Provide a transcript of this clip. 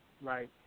right